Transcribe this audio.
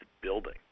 building